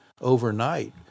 overnight